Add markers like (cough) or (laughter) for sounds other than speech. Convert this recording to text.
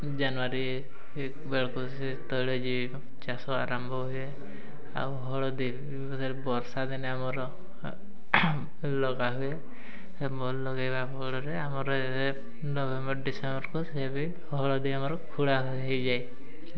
ଜାନୁଆରୀ ବେଳକୁ ସେ ତୈଳ (unintelligible) ଚାଷ ଆରମ୍ଭ ହୁଏ ଆଉ ହଳଦୀ ବର୍ଷା ଦିନେ ଆମର ଲଗା ହୁଏ (unintelligible) ଲଗାଇବା ଫଳରେ ଆମର ନଭେମ୍ବର ଡିସେମ୍ବରକୁ ସେ ବି ହଳଦୀ ଆମର ଖୋଳା ହେଇଯାଏ